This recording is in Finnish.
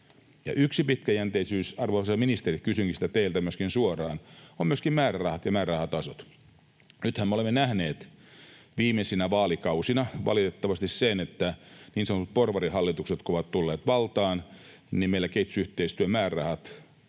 Yksi pitkäjänteisyys — arvoisa ministeri, kysyinkin sitä myöskin teiltä suoraan — on myöskin määrärahat ja määrärahatasot. Nythän me olemme nähneet viimeisinä vaalikausina valitettavasti sen, että niin sanotut porvarihallitukset kun ovat tulleet valtaan, meillä kehitysyhteistyön määrärahat